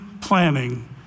planning